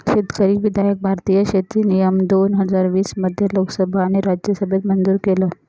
शेतकरी विधायक भारतीय शेती नियम दोन हजार वीस मध्ये लोकसभा आणि राज्यसभेत मंजूर केलं